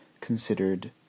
considered